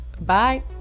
Bye